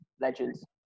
Legends